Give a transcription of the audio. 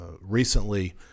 Recently